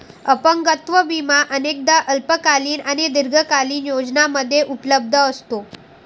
अपंगत्व विमा अनेकदा अल्पकालीन आणि दीर्घकालीन योजनांमध्ये उपलब्ध असतो